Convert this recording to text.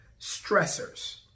stressors